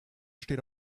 steht